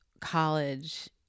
college